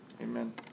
Amen